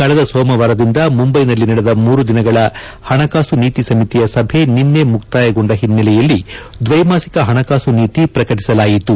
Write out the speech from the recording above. ಕಳೆದ ಸೋಮವಾರದಿಂದ ಮುಂಬೈನಲ್ಲಿ ನಡೆದ ಮೂರು ದಿನಗಳ ಹಣಕಾಸು ನೀತಿ ಸಮಿತಿಯ ಸಭೆ ಇಂದು ಮುಕ್ತಾಯಗೊಂಡ ಹಿನೆಲೆಯಲ್ಲಿ ದ್ವೈಮಾಸಿಕ ಹಣಕಾಸು ನೀತಿ ಪ್ರಕಟಿಸಲಾಯಿತು